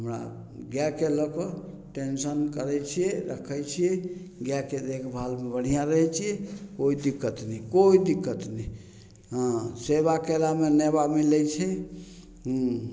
हमरा गायके लअ कऽ टेंशन करय छियै रखय छियै गायके देखभालमे बढ़िआँ रहय छी कोइ दिक्कत नहि कोइ दिक्कत नहि हँ सेवा केलामे नेबा मिलय छै